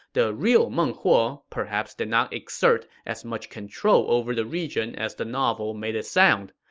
the real meng huo perhaps did not exert as much control over the region as the novel made it sound.